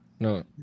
No